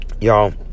y'all